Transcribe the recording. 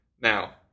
now